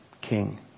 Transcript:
king